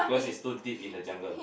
because is too deep in the jungle